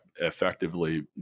effectively